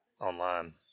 online